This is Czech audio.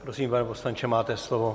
Prosím, pane poslanče, máte slovo.